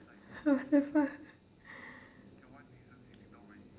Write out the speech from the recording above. what the fuck